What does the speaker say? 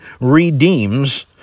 redeems